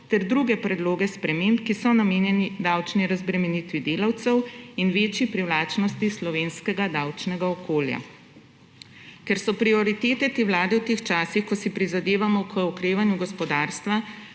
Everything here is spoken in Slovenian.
ter druge predloge sprememb, ki so namenjeni davčni razbremenitvi delavcev in večji privlačnosti slovenskega davčnega okolja. Ker so prioritete te vlade v teh časih, ko si prizadevamo k okrevanju gospodarstva,